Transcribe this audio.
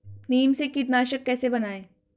नीम से कीटनाशक कैसे बनाएं?